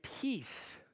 peace